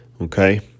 Okay